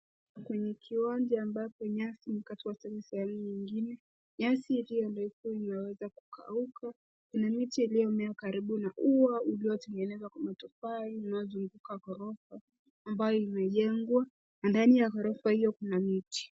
Kwenye kiwanja ambapo nyasi imekataa iliyo refu imeweza kuuka na miti ilimemea karibu na ua ulio tengenezwa na matofali inayozunguka ghorofa ambayo imejengwa na ndani ya ghorofa hiyo kuna miti.